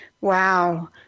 Wow